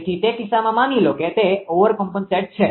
તેથી તે કિસ્સામાં માની લો કે તે ઓવરકોમ્પનસેટ છે